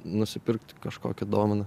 nusipirkti kažkokią dovaną